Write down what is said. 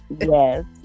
Yes